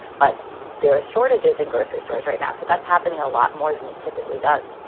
but there are shortages in grocery stores right now. so that's happening a lot more than it typically does